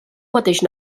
mateix